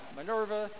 Minerva